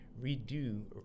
redo